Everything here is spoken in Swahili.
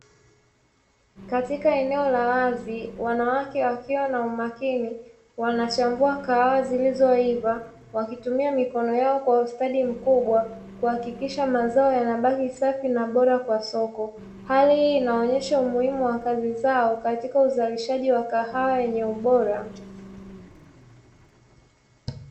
Katika eneo la wazi, wanawake wakiwa na umakini wanachambua kahawa zilizoiva, wakitumia mikono yao kwa ustadi mkubwa kuhakikisha mazao yanabaki safi na bora kwa soko. Hali hii inaonyesha umuhimu wa kazi zao katika uzalishaji wa kahawa yenye ubora.